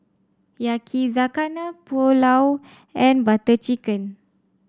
Yakizakana Pulao and Butter Chicken